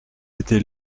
été